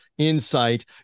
Insight